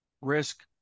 Risk